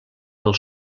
del